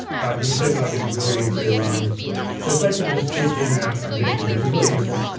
but you can see that i get the ability to um to basically just switch in and out transitions, which is really useful.